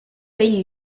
pell